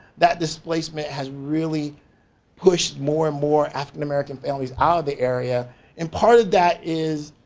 that displacement has really pushed more and more african-american families out of the area and part of that is,